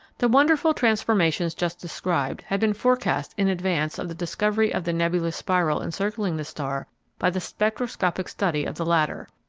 the wonderful transformations just described had been forecast in advance of the discovery of the nebulous spiral encircling the star by the spectroscopic study of the latter.